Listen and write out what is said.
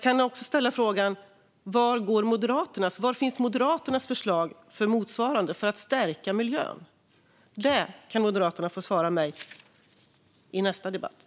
Var finns Moderaternas motsvarande förslag för att stärka miljön? Den frågan kan Moderaterna få besvara i nästa debatt.